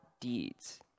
deeds